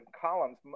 columns